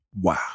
wow